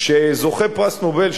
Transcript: כשזוכה פרס נובל,